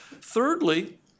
Thirdly